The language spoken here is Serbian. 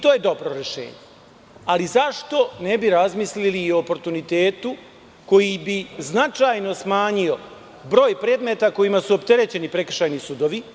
To je dobro rešenje, ali zašto ne bismo razmislili i o oportunitetu, koji bi značajno smanjio broj predmeta kojima su opterećeni prekršajni sudovi?